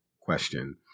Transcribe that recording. question